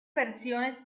versiones